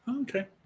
Okay